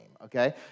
Okay